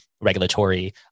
regulatory